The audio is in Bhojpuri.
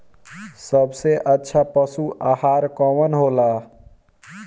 सबसे अच्छा पशु आहार कवन हो ला?